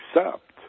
accept